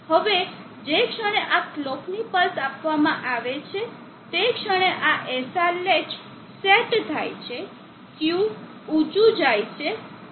હવે જે ક્ષણે આ કલોકની પલ્સ આપવામાં આવે છે તે ક્ષણે આ SR લેચ સેટ થાય છે Q ઊંચું જાય છે